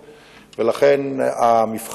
והשני,